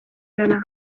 lana